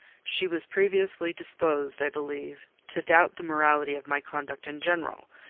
she was previously disposed, i believe, to doubt the morality of my conduct in general,